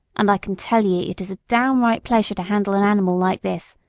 and i can tell ye it is a downright pleasure to handle an animal like this,